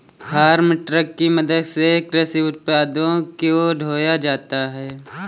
farm truck की मदद से कृषि उत्पादों को ढोया जाता है